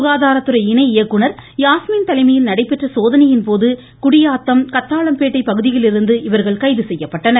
சுகாதாரத்துறை இணை இயக்குநர் யாஸ்மின் தலைமையில் நடைபெற்ற சோதனையின்போது குடியாத்தம் கத்தாளம்பேட்டை பகுதிகளிலிருந்து இவர்கள் கைது செய்யப்பட்டனர்